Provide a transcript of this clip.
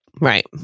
Right